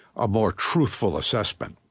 a more truthful assessment